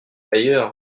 d’ailleurs